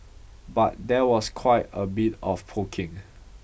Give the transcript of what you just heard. but there was quite a bit of poking